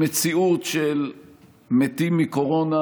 במציאות של מתים מקורונה,